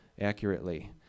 accurately